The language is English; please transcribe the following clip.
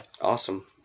Awesome